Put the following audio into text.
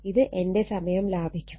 ഇത് എന്റെ സമയം ലാഭിക്കും